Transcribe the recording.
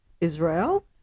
Israel